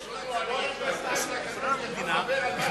חבר הכנסת רותם.